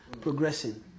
progressing